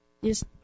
Yes